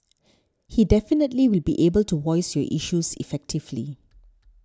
he definitely will be able to voice your issues effectively